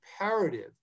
imperative